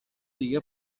دیگه